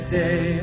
day